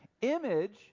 image